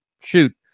shoot